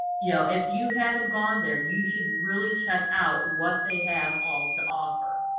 you know if you haven't gone there, you should really check out what they have all to offer.